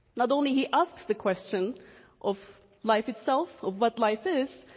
not only he asks the question of life itself, of what life is,